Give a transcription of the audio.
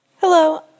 Hello